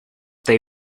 they